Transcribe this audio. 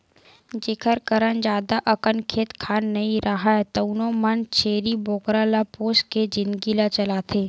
जेखर करन जादा अकन खेत खार नइ राहय तउनो मन छेरी बोकरा ल पोसके जिनगी ल चलाथे